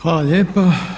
Hvala lijepo.